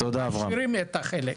משאירים חלק.